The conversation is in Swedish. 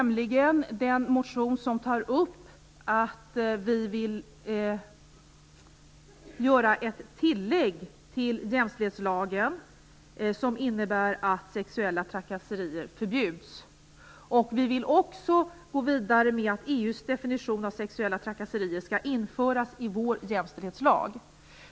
Den motionen tar upp att vi vill göra ett tillägg till jämställdhetslagen som innebär att sexuella trakasserier förbjuds. Vi vill också gå vidare med att EU:s definition av sexuella trakasserier skall införas i vår jämställdhetslag.